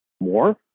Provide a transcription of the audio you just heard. more